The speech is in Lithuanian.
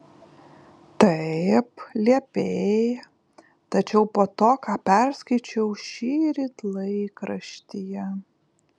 taip liepei tačiau po to ką perskaičiau šįryt laikraštyje